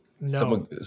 No